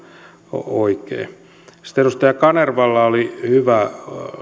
oikein sitten edustaja kanervalla oli hyvä